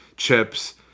Chips